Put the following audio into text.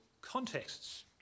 contexts